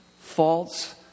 faults